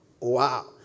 Wow